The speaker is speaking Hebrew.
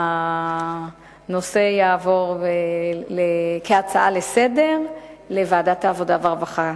שהנושא יעבור כהצעה לסדר-היום לוועדת העבודה והרווחה.